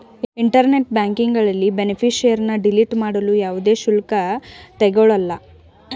internet ಬ್ಯಾಂಕಿಂಗ್ನಲ್ಲಿ ಬೇನಿಫಿಷರಿನ್ನ delete ಮಾಡಲು ಯಾವುದೇ ಶುಲ್ಕ ತಗೊಳಲ್ಲ